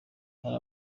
hari